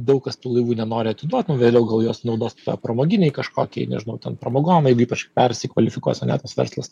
daug kas tų laivų nenori atiduot nu vėliau gal juos naudos tai pramoginei kažkokiai nežinau ten pramogom ypač persikvalifikuos ane tas verslas